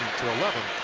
to eleven.